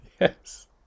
Yes